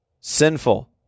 Sinful